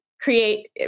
create